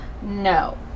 No